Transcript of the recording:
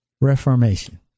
reformation